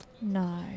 No